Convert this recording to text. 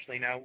Now